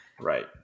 Right